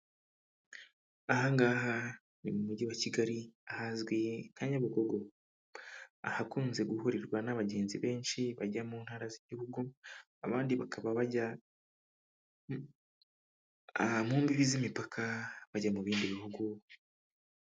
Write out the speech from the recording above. Aha ngaha ni mu mujyi wa Kigali ahazwi ka Nyabugogo, ahakunze guhurirwa n'abagenzi benshi bajya mu ntara z'igihugu, abandi bakaba bajya mu zindi mbibi z'imipaka bajya mu bindi bihugu.